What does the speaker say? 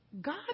God